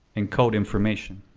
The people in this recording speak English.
encode information.